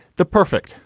the perfect.